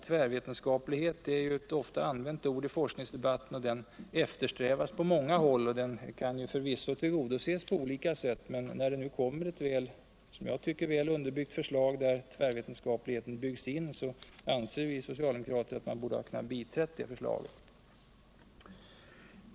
Tvärvetenskaplighet är ett ofta använt ord i forskningsdebatten. Den eftersträvas på många håll. Den kan förvisso tillgodoses på olika sätt. Men när det nu kommer ett väl underbyggt förslag där tvärvetenskaplighet byggs in, anser vi socialdemokrater att man borde ha biträtt detta förslag.